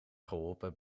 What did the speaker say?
geholpen